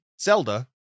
Zelda